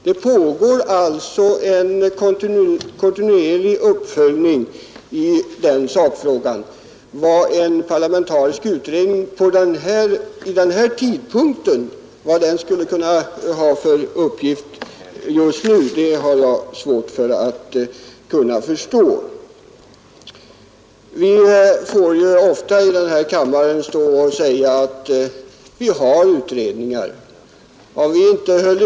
Det pågår alltså en kontinuerlig uppföljning. Vad en parlamentarisk utredning skulle kunna ha för uppgift just nu har jag svårt att förstå. Vi får ofta i denna kammare framhålla att utredningar pågår och hindra nya.